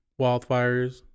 wildfires